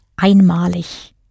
einmalig